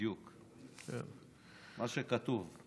בדיוק מה שכתוב.